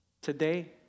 today